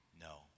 No